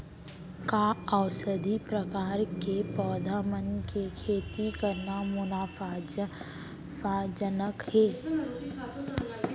का औषधीय प्रकार के पौधा मन के खेती करना मुनाफाजनक हे?